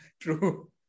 true